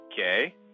Okay